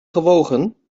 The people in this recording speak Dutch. gewogen